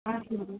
हजुर